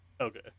Okay